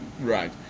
Right